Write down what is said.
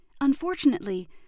Unfortunately